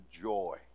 joy